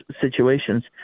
situations